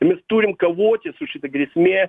mes turim kovoti su šita grėsmė